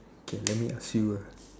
okay let me ask you